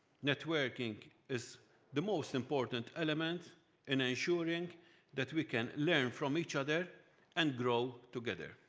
networking is the most important element in ensuring that we can learn from each other and grow together.